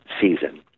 season